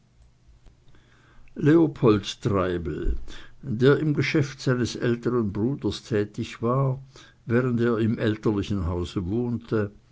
treibel der im geschäft seines älteren bruders tätig war während er im elterlichen hause wohnte